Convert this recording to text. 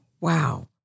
Wow